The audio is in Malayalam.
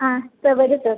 ആ സാർ വരൂ സാർ